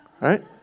Right